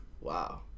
Wow